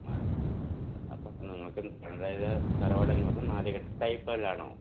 അപ്പോൾ നിങ്ങൾക്ക് തറവാടെന്ന് പറഞ്ഞാൽ നാലുകെട്ട് ടൈപ്പ് വല്ലതുമാണോ